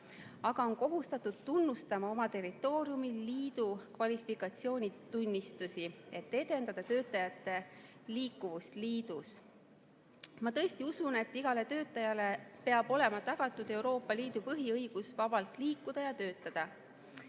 aga on kohustatud tunnustama oma territooriumil liidu kvalifikatsioonitunnistusi, et edendada töötajate liikuvust liidus. Ma tõesti usun, et igale töötajale peab olema tagatud Euroopa Liidu põhiõigus vabalt liikuda ja töötada.